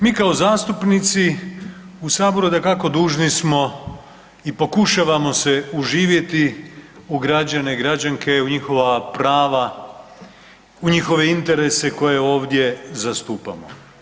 Mi kao zastupnici u Saboru dakako dužni smo i pokušavamo se uživjeti u građane, građanke, u njihova prava, u njihove interese koje ovdje zastupamo.